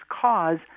cause